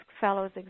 fellow's